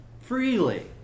freely